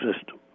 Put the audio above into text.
system